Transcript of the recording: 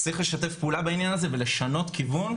צריך לשתף פעולה בעניין הזה ולשנות כיוון,